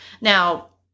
Now